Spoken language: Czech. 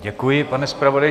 Děkuji, pane zpravodaji.